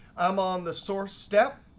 i'm on the source step.